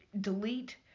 delete